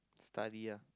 study ah